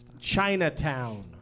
Chinatown